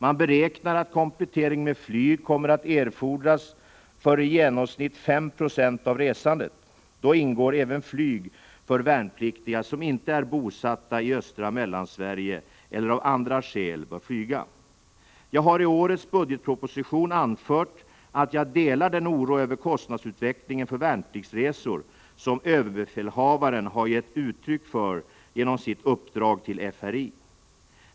Man beräknar att komplettering med flyg kommer att erfordras för i genomsnitt 5 26 av resandet. Då ingår även flyg för värnpliktiga som inte är bosatta i östra Mellansverige eller av andra skäl bör flyga. Jag har i årets budgetproposition anfört att jag delar den oro över kostnadsutvecklingen för värnpliktsresor som överbefälhavaren har gett uttryck för genom sitt uppdrag till FRI.